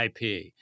IP